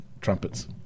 trumpets